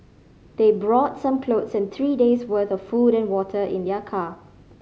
they brought some clothes and three days' worth of food and water in their car